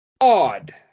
odd